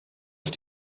ist